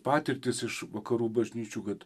patirtis iš vakarų bažnyčių kad